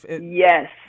Yes